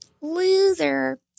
Loser